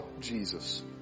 Jesus